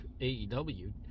AEW